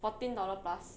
fourteen dollar plus